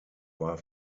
war